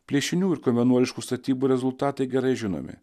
plėšinių ir vienuoliškų statybų rezultatai gerai žinomi